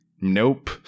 nope